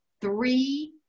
three